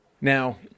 Now